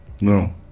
No